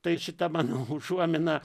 tai šita mano užuomina